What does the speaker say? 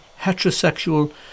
heterosexual